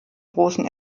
großen